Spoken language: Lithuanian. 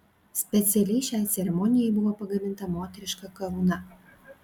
specialiai šiai ceremonijai buvo pagaminta moteriška karūna